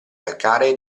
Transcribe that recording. calcaree